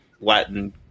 Latin